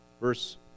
Verse